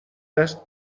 دست